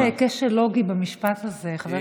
יש כשל לוגי במשפט הזה, חבר הכנסת קיש.